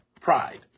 pride